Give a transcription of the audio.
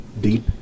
deep